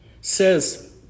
says